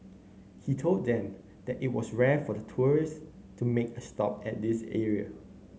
he told them that it was rare for tourists to make a stop at this area